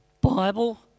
Bible